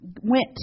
went